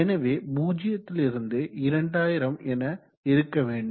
எனவே 0 லிருந்து 2000 என இருக்க வேண்டும்